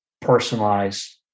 personalized